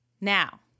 Now